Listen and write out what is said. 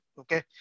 okay